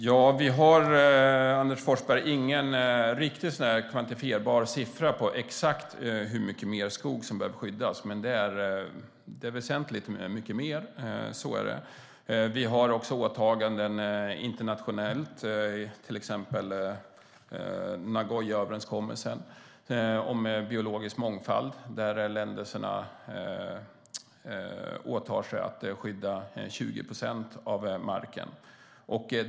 Herr talman! Vi har ingen kvantifierbar siffra på exakt hur mycket mer skog som behöver skyddas, Anders Forsberg, men det är väsentligt mycket mer. Så är det. Vi har internationella åtaganden, till exempel Nagoyaöverenskommelsen om biologisk mångfald, där länderna åtar sig att skydda 20 procent av marken.